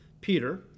Peter